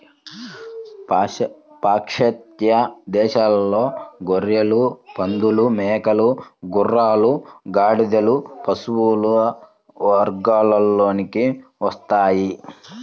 పాశ్చాత్య దేశాలలో గొర్రెలు, పందులు, మేకలు, గుర్రాలు, గాడిదలు పశువుల వర్గంలోకి వస్తాయి